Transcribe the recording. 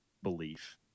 belief